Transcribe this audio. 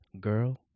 Girl